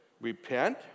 repent